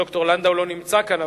ד"ר לנדאו לא נמצא כאן,